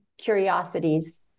curiosities